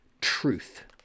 truth